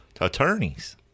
attorneys